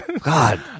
god